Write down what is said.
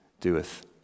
doeth